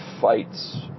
fights